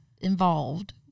involved